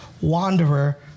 wanderer